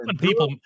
People